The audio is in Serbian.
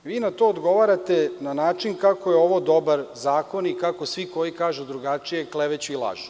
Vi na to odgovarate na način kako je ovo dobar zakon i kako svi koji kažu drugačije kleveću i lažu.